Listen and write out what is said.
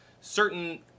certain